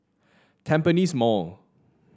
Tampines Mall